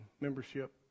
membership